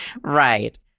Right